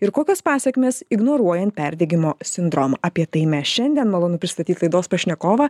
ir kokios pasekmės ignoruojant perdegimo sindromą apie tai mes šiandien malonu pristatyti laidos pašnekovą